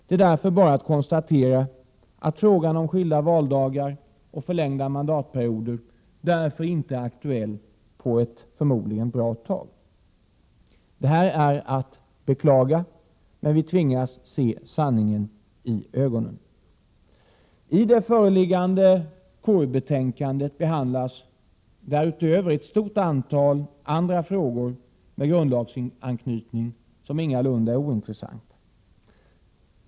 Det är därför bara att konstatera att frågan I om skilda valdagar och förlängda mandatperioder förmodligen inte är aktuell på ett bra tag. Det är att beklaga, men vi tvingas se sanningen i ögonen. I det föreliggande KU-betänkandet behandlas därutöver ett stort antal 9 andra frågor med grundlagsanknytning som ingalunda är ointressanta.